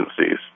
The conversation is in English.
agencies